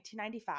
1995